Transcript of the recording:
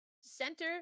center